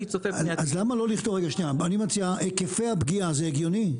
צופה --- לכתוב היקפי הפגיעה זה הגיוני?